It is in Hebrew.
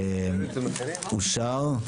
אושר.